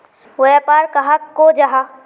व्यापार कहाक को जाहा?